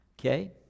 Okay